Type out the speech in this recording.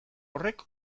horrek